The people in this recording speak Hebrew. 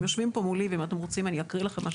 הם יושבים פה מולי, ואם אתם רוצים אני אקריא לכם.